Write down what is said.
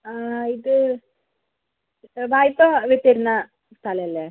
ഇത് വായ്പ തരുന്ന സ്ഥലമല്ലേ